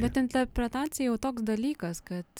bet interpretacija jau toks dalykas kad